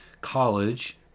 college